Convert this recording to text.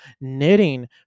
knitting